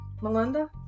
Melinda